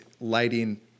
lighting